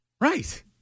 Right